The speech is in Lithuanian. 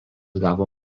gavo